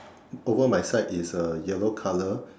over my side is uh yellow colour